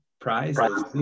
prizes